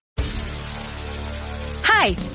Hi